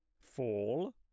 Fall